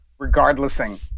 regardlessing